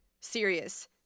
serious